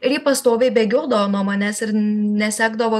ir ji pastoviai bėgiodavo nuo manęs ir nesekdavo